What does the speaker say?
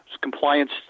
compliance